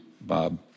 Bob